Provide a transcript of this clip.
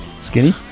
Skinny